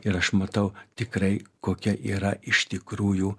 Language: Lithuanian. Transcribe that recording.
ir aš matau tikrai kokia yra iš tikrųjų